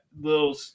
little